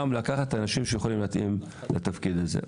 לקחת אנשים שיכולים להתאים לתפקיד הזה.